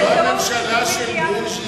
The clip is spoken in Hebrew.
זה לא הממשלה של בוז'י,